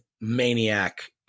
maniac